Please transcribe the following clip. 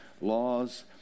laws